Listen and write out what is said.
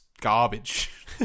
garbage